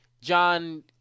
John